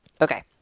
okay